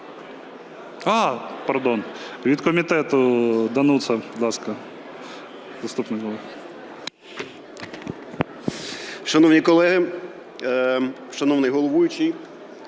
А, пардон, від комітету Дануца, будь ласка, заступник голови.